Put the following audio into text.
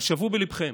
אבל שוו בליבכם